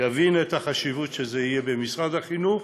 יבין את החשיבות שזה יהיה במשרד החינוך,